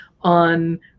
on